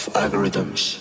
algorithms